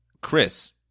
Chris